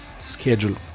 schedule